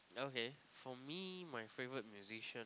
okay for me my favourite musician